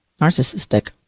narcissistic